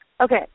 Okay